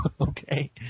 Okay